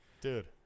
dude